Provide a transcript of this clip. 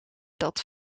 dat